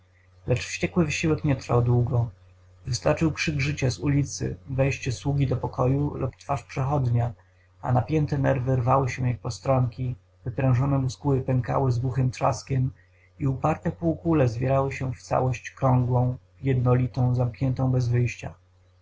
lecz wściekły wysiłek nie trwał długo wystarczył krzyk życia z ulicy wejście sługi do pokoju lub twarz przechodnia a napięte nerwy rwały się jak postronki wyprężone muskuły pękały z głuchym trzaskiem i uparte półkule zwierały się w całość krągłą jednolitą zamkniętą bez wyjścia